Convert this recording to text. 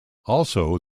also